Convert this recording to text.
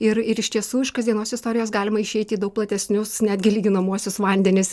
ir ir iš tiesų iš kasdienos istorijos galima išeiti į daug platesnius netgi lyginamuosius vandenis